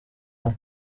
umwe